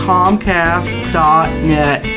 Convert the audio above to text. Comcast.net